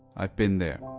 i've been there.